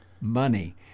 Money